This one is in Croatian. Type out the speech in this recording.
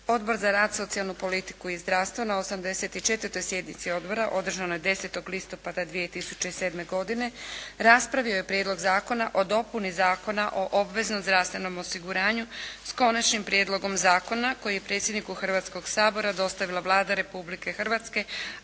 Odbor za rad, socijalnu politiku i zdravstvo, na 84 sjednici Odbora, održanoj 10. listopada 2007. godine raspravio je Prijedlog zakona o dopuni Zakona o obveznom zdravstvenom osiguranju sa Konačnim prijedlogom zakona koji je predsjedniku Hrvatskoga sabora dostavila Vlada Republike Hrvatske